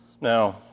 Now